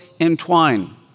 entwine